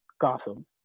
Gotham